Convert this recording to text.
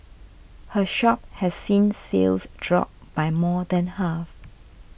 her shop has seen sales drop by more than half